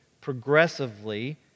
progressively